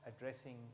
addressing